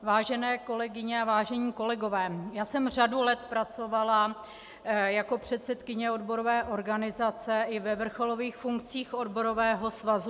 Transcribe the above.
Vážené kolegyně a kolegové, já jsem řadu let pracovala jako předsedkyně odborové organizace i ve vrcholových funkcích našeho odborového svazu.